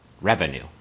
revenue